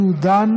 והוא דן